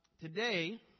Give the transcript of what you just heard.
Today